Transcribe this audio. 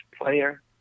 player